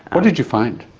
what did you find?